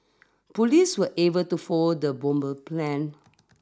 police were able to foil the bomber plan